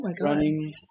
running